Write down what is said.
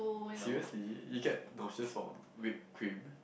seriously you get no it's just for whipped cream